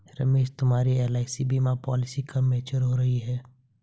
रमेश तुम्हारी एल.आई.सी बीमा पॉलिसी कब मैच्योर हो रही है?